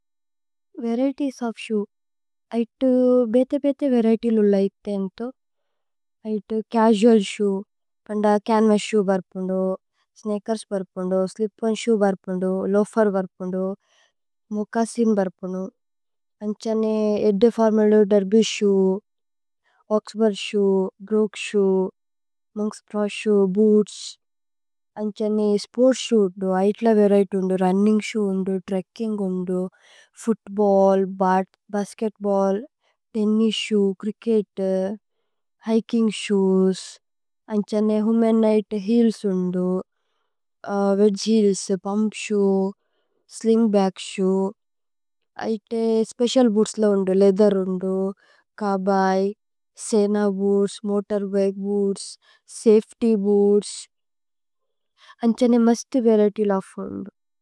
Varieties of shoe, ഐഥു ബേഥേ ബേഥേ വരിഏതിഏസ്। ഉല്ല ഇഥേ ഏന്ഥോ ഐഥു ചസുഅല് ശോഏ പന്ദ ചന്വസ്। ശോഏ ബര്പുന്ദു സ്നേഅകേര്സ് ബര്പുന്ദു സ്ലിപ് ഓന് ശോഏ। ബര്പുന്ദു ലോഅഫേര് ബര്പുന്ദു മോച്ചസിന് ബര്പുന്ദു। അന്ഛന്നേ ഏദ്ദേ ഫോര്മുല്ദു derby shoe oxford shoe. Brogue shoe, monks ബ്ര ശോഏ, ബൂത്സ്, അന്ഛന്നേ। സ്പോര്ത്സ് ശോഏ ഉല്ദു ഐഥ്ല വരിഏത്യ് ഉല്ദു രുന്നിന്ഗ്। ശോഏ ഉല്ദു, ത്രേക്കിന്ഗ് ഉല്ദു, football, basketball. Tennis shoe, cricket, hiking shoes, അന്ഛന്നേ। ഹുമനിതേ ഹീല്സ് ഉല്ദു wedge heels pump shoe sling. Bag shoe ഐഥേ special boots ല ഉല്ദു ലേഅഥേര്। ഉല്ദു ചബൈ, സേന boots, motorbike boots. Safety boots, അന്ഛന്നേ മസ്തു വരിഏത്യ് ല ഉല്ദു।